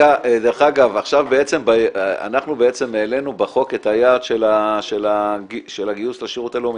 עכשיו אנחנו העלינו בחוק את היעדים של הגיוס לשירות הלאומי,